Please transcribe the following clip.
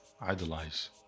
idolize